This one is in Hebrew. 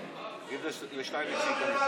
השר שטייניץ פה.